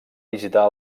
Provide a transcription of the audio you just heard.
visitar